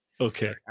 Okay